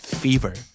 fever